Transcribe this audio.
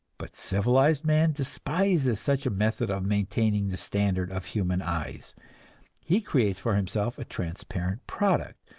but civilized man despises such a method of maintaining the standard of human eyes he creates for himself a transparent product,